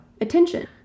attention